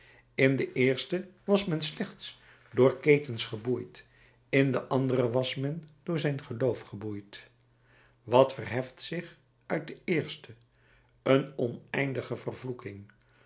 in de eerste was men slechts door ketens geboeid in de andere was men door zijn geloof geboeid wat verheft zich uit de eerste een oneindige vervloeking